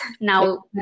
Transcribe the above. now